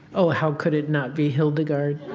oh, how could it not be hildegard?